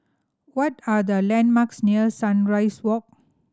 what are the landmarks near Sunrise Walk